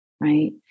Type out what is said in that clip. right